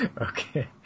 Okay